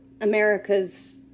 America's